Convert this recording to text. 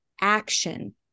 action